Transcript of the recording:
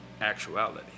actuality